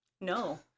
No